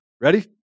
Ready